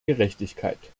gerechtigkeit